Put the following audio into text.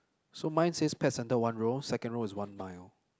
so mine pet centre one row second row is one mile